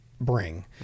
bring